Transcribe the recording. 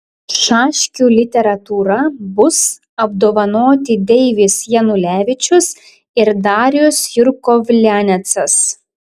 šaškių literatūra bus apdovanoti deivis janulevičius ir darius jurkovlianecas